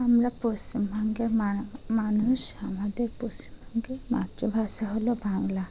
আমরা পশ্চিমবঙ্গের মা মানুষ আমাদের পশ্চিমবঙ্গের মাতৃভাষা হলো বাংলা